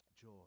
joy